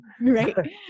Right